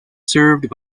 served